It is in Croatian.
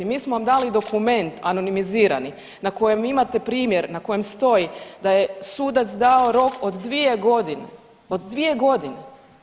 Mi smo vam dali dokument anonimizirani na kojem imate primjer na kojem stoji da je sudac dao rok od dvije godine.